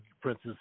Princess